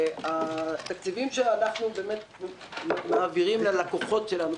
התקציבים שאנחנו מעבירים ללקוחות שלנו,